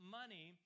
money